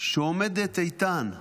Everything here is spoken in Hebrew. שעומדת איתן,